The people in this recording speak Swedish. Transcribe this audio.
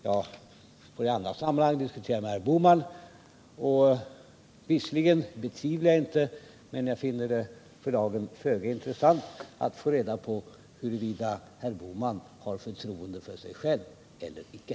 Jag får i andra sammanhang diskutera med herr Bohman. Visserligen betvivlar jag det inte, men jag finner det för dagen föga intressant att få reda på huruvida herr Bohman har förtroende för sig själv eller icke.